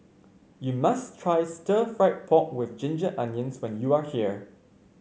you must try Stir Fried Pork with Ginger Onions when you are here